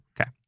Okay